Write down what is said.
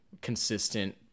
consistent